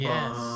Yes